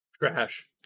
Trash